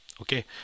okay